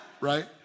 right